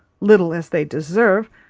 little as they deserve,